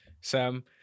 Sam